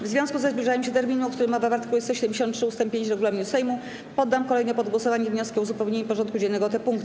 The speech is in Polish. W związku ze zbliżaniem się terminu, o którym mowa w art. 173 ust. 5 regulaminu Sejmu, poddam kolejno pod głosowanie wnioski o uzupełnienie porządku dziennego o te punkty.